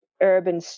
urban